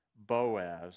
Boaz